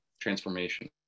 transformation